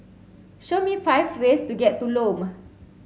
show me five ways to get to Lome